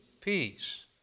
Peace